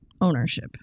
ownership